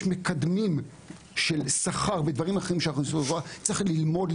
מקדמים של שכר ודברים אחרים ש --- צריך ללמוד,